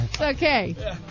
Okay